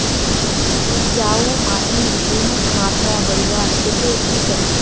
उपजाऊ माटिर ह्यूमस मात्रा बढ़वार केते की करूम?